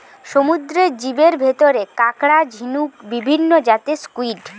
সমুদ্রের জীবের ভিতরে কাকড়া, ঝিনুক, বিভিন্ন জাতের স্কুইড,